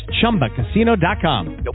ChumbaCasino.com